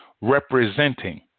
representing